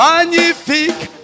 Magnifique